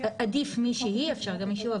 עדיף מישהי אפשר גם מישהו,